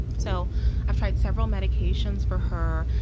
so i've tried several medications for her,